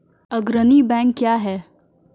अग्रणी बैंक क्या हैं?